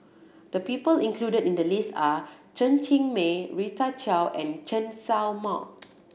the people included in the list are Chen Cheng Mei Rita Chao and Chen Sao Mao